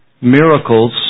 miracles